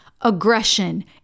aggression